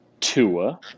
Tua